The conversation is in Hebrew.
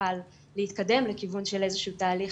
נוכל להתקדם לכיוון של איזשהו תהליך